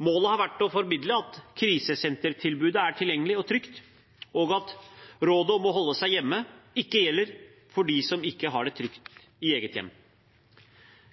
Målet har vært å formidle at krisesentertilbudet er tilgjengelig og trygt, og at rådet om å holde seg hjemme ikke gjelder for dem som ikke har det trygt i eget hjem.